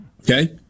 Okay